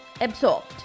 absorbed